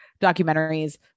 documentaries